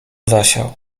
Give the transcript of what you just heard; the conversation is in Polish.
zasiał